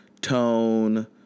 tone